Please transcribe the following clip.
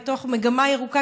בתוך מגמה ירוקה,